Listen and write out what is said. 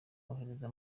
wahoze